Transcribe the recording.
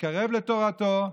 נתקרב לתורתו,